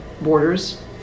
borders